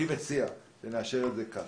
אני מציע שנאשר את זה כך.